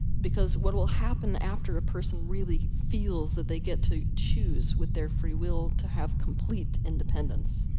because what will happen after a person really feels that they get to choose with their free will to have complete independence,